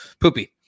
poopy